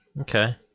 Okay